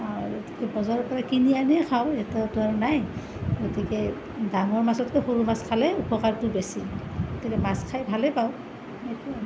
আৰু বজাৰৰ পৰা কিনি আনিয়েই খাওঁ ইয়াতেতো আৰু নাই গতিকে ডাঙৰ মাছতকৈ সৰু মাছ খালে উপকাৰটো বেছি গতিকে মাছ খাই ভালেই পাওঁ সেইটোৱেই আৰু